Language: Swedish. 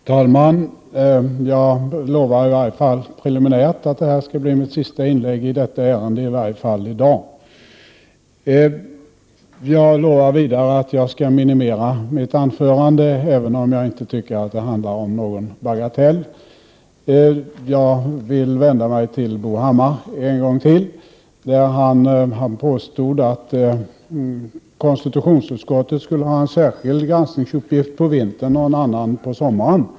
Herr talman! Jag lovar, i alla fall preliminärt, att detta skall bli mitt sista inlägg i detta ärende, i varje fall i dag. Jag lovar vidare att jag skall minimera mitt anförande, även om jag inte tycker att det vi diskuterar är någon bagatell. Jag vill vända mig till Bo Hammar en gång till. Bo Hammar påstod att konstitutionsutskottet skulle ha en särskild granskningsuppgift på vintern och en annan på sommaren.